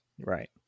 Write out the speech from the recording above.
Right